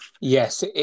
Yes